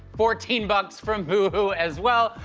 fourteen bucks from boohoo as well.